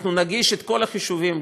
נגיש את כל החישובים,